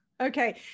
Okay